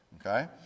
okay